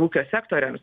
ūkio sektoriams